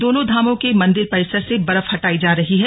दोनों धामों के मंदिर परिसर से बर्फ हटाई जा रही है